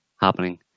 happening